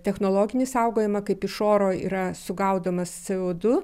technologinį saugojimą kaip iš oro yra sugaudomas ce o du